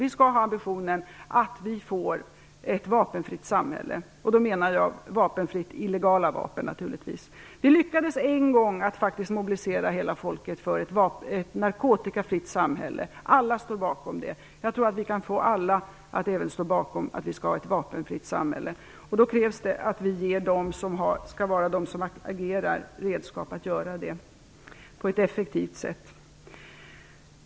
Vi skall ha ambitionen att få ett vapenfritt samhälle. Då menar jag fritt från illegala vapen, naturligtvis. Vi lyckades en gång att faktiskt mobilisera hela folket för ett narkotikafritt samhälle. Alla stod bakom det. Jag tror att vi kan få alla att även stå bakom att vi skall ha ett vapenfritt samhälle. Då krävs det att vi ger dem som skall agera redskap att göra det på ett effektivt sätt.